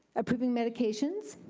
approving medications,